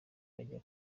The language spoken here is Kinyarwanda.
bajya